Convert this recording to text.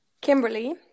Kimberly